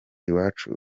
iwacu